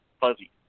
fuzzy